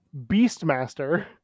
Beastmaster